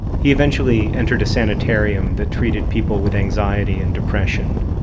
he eventually entered a sanitarium that treated people with anxiety and depression.